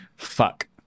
fuck